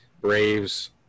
Braves